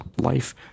life